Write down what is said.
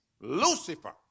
Lucifer